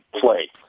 play